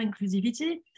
inclusivity